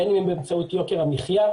בין אם באמצעות יוקר המחיה,